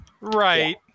right